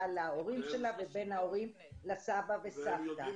להורים שלה ובין ההורים לסבא וסבתא,